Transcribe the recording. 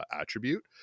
attribute